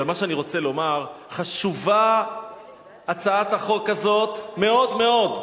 ומה שאני רוצה לומר: חשובה הצעת החוק הזאת מאוד מאוד.